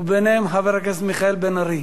וביניהם, חבר הכנסת מיכאל בן-ארי.